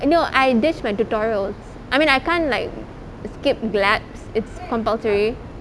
no I ditch my tutorials I mean I can't like skip labotariess it's compulsory